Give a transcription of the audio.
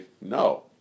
no